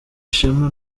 ishema